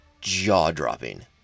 jaw-dropping